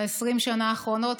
ב-20 השנים האחרונות,